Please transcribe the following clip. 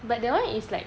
but that [one] is like